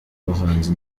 bahanzi